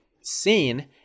scene